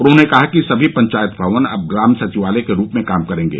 उन्होंने कहा कि समी पंचायत भवन अब ग्राम सचिवालय के रूप में काम करेंगे